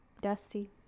Dusty